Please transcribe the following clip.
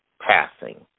passing